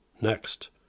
Next